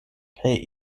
kaj